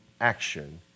action